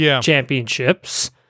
championships